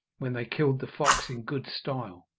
when they killed the fox in good style.